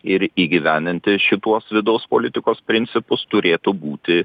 ir įgyvendinti šituos vidaus politikos principus turėtų būti